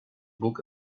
book